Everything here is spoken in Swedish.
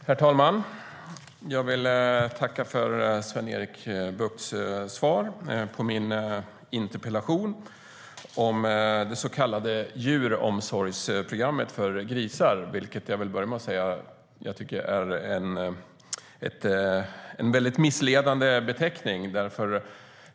Herr talman! Jag tackar för Sven-Erik Buchts svar på min interpellation om det så kallade Djuromsorgsprogrammet för grisar. Jag vill börja med att säga att jag tycker att det är en väldigt missledande beteckning.